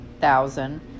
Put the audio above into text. thousand